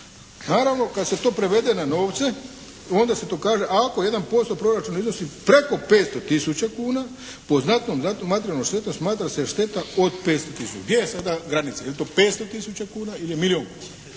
Naravno kad se to prevede na novce onda se to kaže a ako 1% proračuna iznosi preko 500 tisuća kuna po …/Govornik se ne razumije./… materijalnom štetom smatra se šteta od 500 tisuća. Gdje je sada granica? Je li to 500 tisuća kuna ili je milijun kuna?